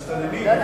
מסתננים.